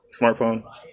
smartphone